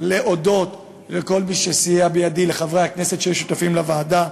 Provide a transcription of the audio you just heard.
להודות לכל מי שסייע בידי: לחברי הכנסת שהיו שותפים לוועדה,